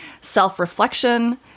self-reflection